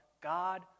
God